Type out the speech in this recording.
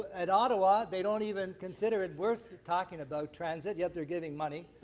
at ottawa they don't even consider it worth talking about transit, yet they're getting money.